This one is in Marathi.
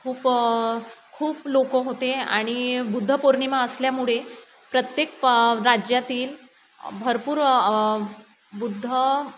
खूप खूप लोकं होते आणि बुद्ध पौर्णिमा असल्यामुळे प्रत्येक प राज्यातील भरपूर बुद्ध